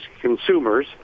consumers